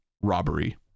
robbery